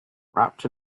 wrapped